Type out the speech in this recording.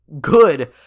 good